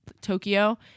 Tokyo